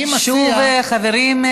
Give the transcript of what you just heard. אני מציע, שוב, חברים.